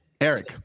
Eric